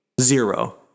Zero